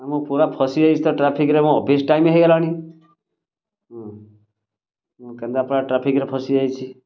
ନା ମୁଁ ପୁରା ଫଶିଯାଇଚି ତ ଟ୍ରାଫିକ୍ରେ ମୋ ଅଫିସ୍ ଟାଇମ୍ ହୋଇଗଲାଣି ହୁଁ କେନ୍ଦ୍ରାପଡ଼ା ଟ୍ରାଫିକ୍ରେ ଫଶିଯାଇଛି